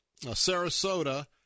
Sarasota